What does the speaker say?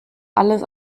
alles